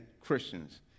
Christians